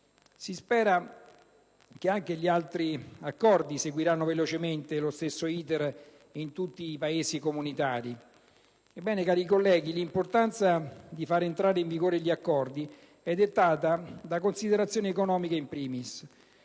Si spera che anche gli altri accordi seguiranno velocemente lo stesso *iter* in tutti i Paesi comunitari. Ebbene, cari colleghi, l'importanza di fare entrare in vigore gli accordi è dettata, *in primis*, da considerazioni economiche.